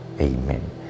amen